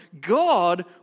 God